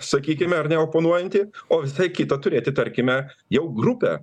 sakykime ar ne oponuojantį o visai kita turėti tarkime jau grupę